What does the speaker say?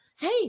hey